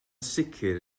sicr